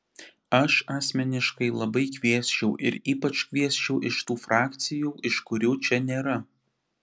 aš asmeniškai labai kviesčiau ir ypač kviesčiau iš tų frakcijų iš kurių čia nėra